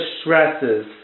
stresses